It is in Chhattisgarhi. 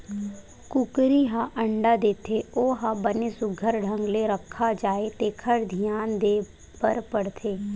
कुकरी ह अंडा देथे ओ ह बने सुग्घर ढंग ले रखा जाए तेखर धियान देबर परथे